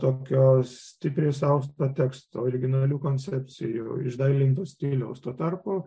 tokio stipriai suausto teksto originalių koncepcijų išdailinto stiliaus tuo tarpu